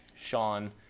Sean